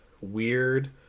Weird